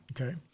Okay